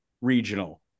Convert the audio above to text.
regional